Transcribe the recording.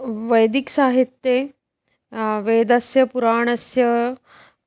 वैदिकसाहित्ये वेदस्य पुराणस्य